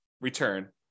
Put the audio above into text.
return